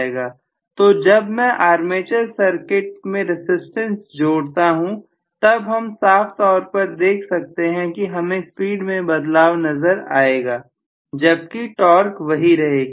तो जब मैं आर्मेचर सर्किट में रसिस्टेंस जोड़ता हूं तब हम साफ तौर पर देख सकते हैं कि हमें स्पीड में बदलाव नजर आएगा जबकि टॉर्क वही रहेगी